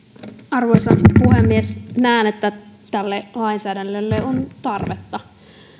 arvoisa puhemies näen että tälle lainsäädännölle on tarvetta